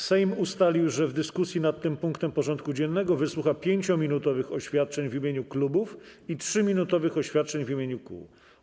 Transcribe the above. Sejm ustalił, że w dyskusji nad tym punktem porządku dziennego wysłucha 5-minutowych oświadczeń w imieniu klubów i 3-minutowych oświadczeń w imieniu kół.